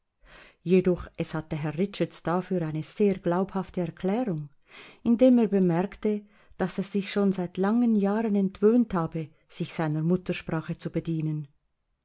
jedoch es hatte herr richards dafür eine sehr glaubhafte erklärung indem er bemerkte daß er sich schon seit langen jahren entwöhnt habe sich seiner muttersprache zu bedienen